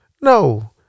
No